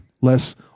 Less